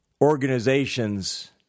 organizations